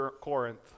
Corinth